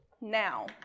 now